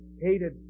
hated